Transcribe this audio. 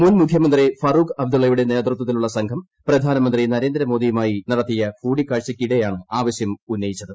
മുൻ മുഖ്യമന്ത്രി ഫറൂഖ് അബ്ദുള്ളയുടെ നേതൃത്വത്തിലുള്ള സംഘം പ്രധാനമന്ത്രി നരേന്ദ്ര മോദിയുമായി നടത്തിയ കൂടിക്കാഴ്ചയ്ക്കിടെയാണ് ആവശൃം ഉന്നയിച്ചത്